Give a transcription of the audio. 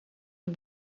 het